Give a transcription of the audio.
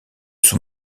sous